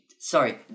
sorry